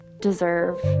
deserve